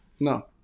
No